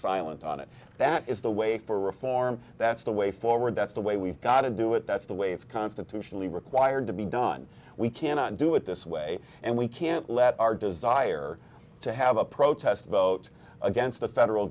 silent on it that is the way for reform that's the way forward that's the way we've got to do it that's the way it's constitutionally required to be done we cannot do it this way and we can't let our desire to have a protest vote against the federal